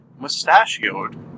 Mustachioed